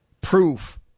proof